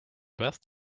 best